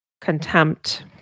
contempt